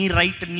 right